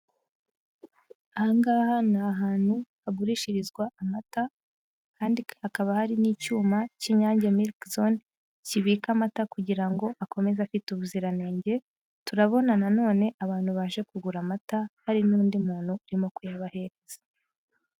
Aha ngaha ni ahantu hagurishirizwa amata kandi hakaba hari n'icyuma cy'Inyange miriki zone, kibika amata kugira ngo akomeze afite ubuziranenge, turabona na none abantu baje kugura amata, hari n'undi muntu urimo kuyabahereza.